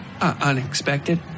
unexpected